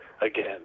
again